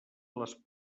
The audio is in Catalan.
les